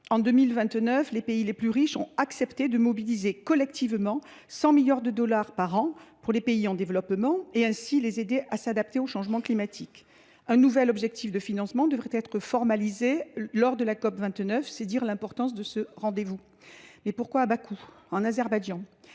En 2009, les pays les plus riches ont accepté de mobiliser collectivement 100 milliards de dollars par an pour les pays en développement afin de les aider à s’adapter au changement climatique. Un nouvel objectif de financement devrait être formalisé lors de la COP29. C’est dire l’importance de ce rendez vous. Mais pourquoi à Bakou, en Azerbaïdjan,